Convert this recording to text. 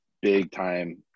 big-time